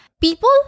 People